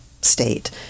state